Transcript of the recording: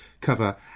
cover